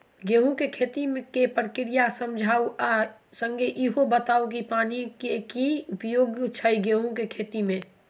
गेंहूँ केँ खेती केँ प्रक्रिया समझाउ आ संगे ईहो बताउ की पानि केँ की उपयोग छै गेंहूँ केँ खेती में?